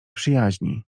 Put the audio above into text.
przyjaźni